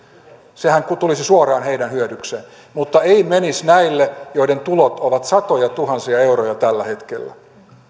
sehän tulisi suoraan heidän hyödykseen mutta ei menisi näille joiden tulot ovat satojatuhansia euroja tällä hetkellä